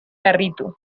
harritu